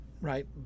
right